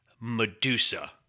Medusa